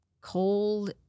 cold